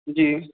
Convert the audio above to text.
जी